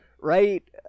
right